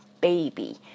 baby